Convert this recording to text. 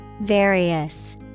Various